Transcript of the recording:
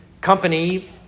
company